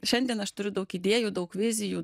šiandien aš turiu daug idėjų daug vizijų